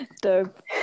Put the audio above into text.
Dope